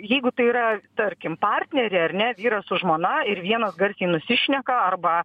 jeigu tai yra tarkim partnerė ar ne vyras su žmona ir vienas garsiai nusišneka arba